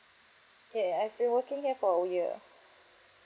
ya ya I've been working here for a year